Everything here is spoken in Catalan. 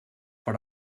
per